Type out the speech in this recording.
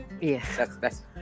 yes